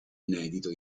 inedito